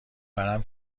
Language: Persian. ورم